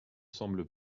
semble